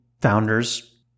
founders